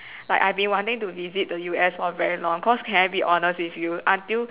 like I've been wanting to visit the U_S for very long cause can I be honest with you until